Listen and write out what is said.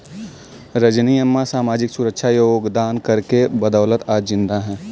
रजनी अम्मा सामाजिक सुरक्षा योगदान कर के बदौलत आज जिंदा है